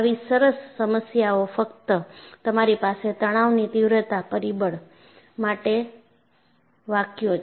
આવી સરસ સમસ્યાઓ ફક્ત તમારી પાસે તણાવની તીવ્રતા પરિબળ માટે વાક્યો છે